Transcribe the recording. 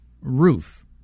roof